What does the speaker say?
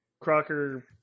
Crocker